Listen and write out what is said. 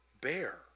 bear